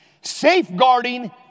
safeguarding